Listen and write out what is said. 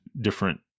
different